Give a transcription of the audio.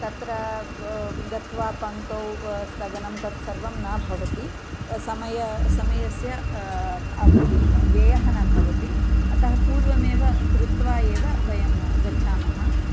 तत्र गत्वा पङ्क्तौ स्थगनं तत् सर्वं न भवति समय समयस्य व्ययः न भवति अतः पूर्वमेव कृत्वा एव वयं गच्छामः